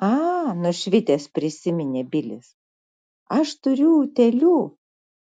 a nušvitęs prisiminė bilis aš turiu utėlių